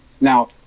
Now